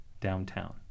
downtown